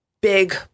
big